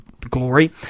glory